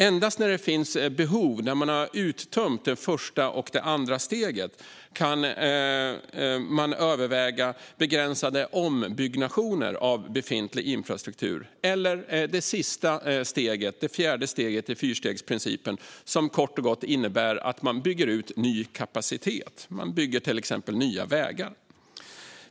Endast när det finns behov, när man har uttömt det första och det andra steget, kan man överväga begränsade ombyggnationer av befintlig infrastruktur - det tredje steget - eller det sista steget - det fjärde steget - i fyrstegsprincipen som gott och gott innebär att man bygger ut ny kapacitet. Man bygger till exempel nya vägar.